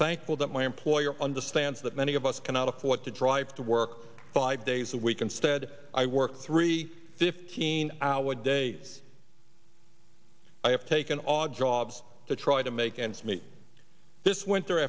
thankful that my employer understands that many of us cannot afford to drive to work five days a week instead i work three fifteen hour day i have taken augur aabs to try to make ends meet this went